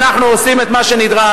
אנחנו עושים את מה שנדרש,